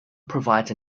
provides